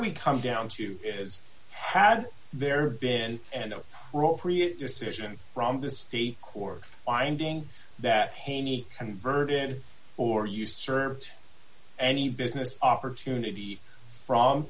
we come down to is had there been and no decision from the state court finding that hany converted or you served any business opportunity from